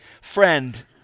friend